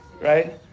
right